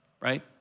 right